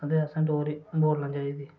हां ते असें डोगरी बोलना चाहिदी